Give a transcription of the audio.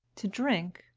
to drink?